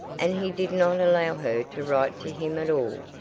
and he did not allow her to write to him at all.